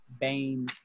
Bane